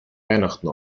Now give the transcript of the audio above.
weihnachten